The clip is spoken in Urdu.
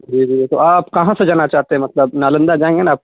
جی جی تو آپ کہاں سے جانا چاہتے ہیں مطلب نالندہ جائیں گے نا آپ